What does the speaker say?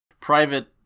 private